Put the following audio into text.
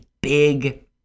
big